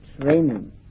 Training